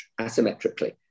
asymmetrically